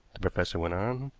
the professor went on.